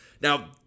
now